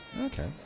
Okay